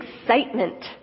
excitement